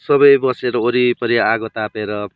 सबै बसेर वरिपरि आगो तापेर